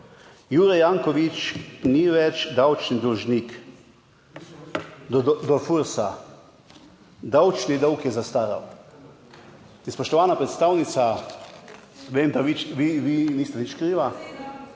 "Jure Jankovič ni več davčni dolžnik do FURS. Davčni dolg je zastaral." In spoštovana predstavnica vem, da vi niste nič kriva,